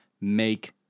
make